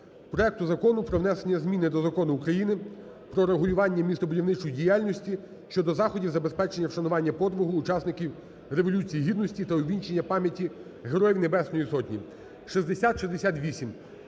проекту Закону про внесення змін до Закону України "Про регулювання містобудівної діяльності" щодо заходів забезпечення вшанування подвигу учасників Революції Гідності та увічнення пам'яті Героїв Небесної Сотні (6068).